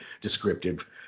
descriptive